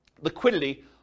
liquidity